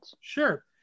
Sure